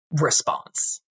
response